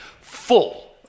full